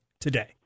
today